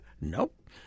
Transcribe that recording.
Nope